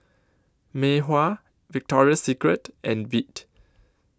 Mei Hua Victoria Secret and Veet